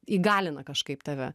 įgalina kažkaip tave